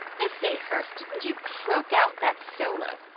i say, hurst, didn't you croak out that solo!